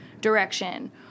direction